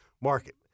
market